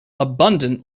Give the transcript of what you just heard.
abundant